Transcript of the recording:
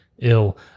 ill